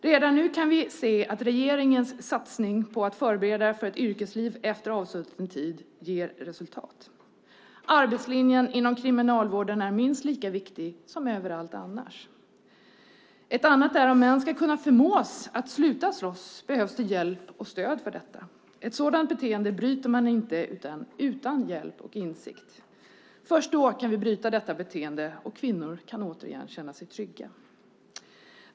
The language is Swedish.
Redan nu kan vi se att regeringens satsning på att förbereda för ett yrkesliv efter avsutten tid ger resultat. Arbetslinjen inom Kriminalvården är minst lika viktig som överallt annars. Om jag ska förmås att sluta slåss behövs hjälp och stöd för detta. Ett sådant beteende bryts inte utan hjälp och insikt. Först då kan vi bryta detta beteende och kvinnor kan återigen känna sig trygga.